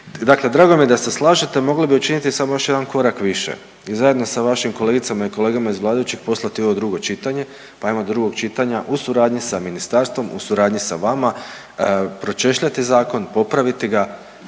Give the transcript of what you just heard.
Dakle drago mi je da se slažete, mogli bi učiniti samo još jedan korak više, zajedno sa vašim kolegicama i kolegama iz vladajućih poslati ovo u drugo čitanje pa ajmo do drugog čitanja u suradnji sa ministarstvom, u suradnji sa vama pročešljati zakon, popraviti ga